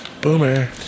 Boomer